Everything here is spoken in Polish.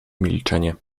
milczenie